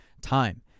time